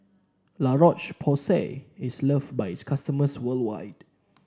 La Roche Porsay is loved by its customers worldwide